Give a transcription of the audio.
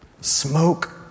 smoke